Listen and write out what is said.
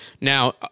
Now